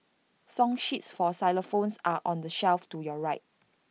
song sheets for xylophones are on the shelf to your right